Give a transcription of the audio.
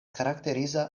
karakteriza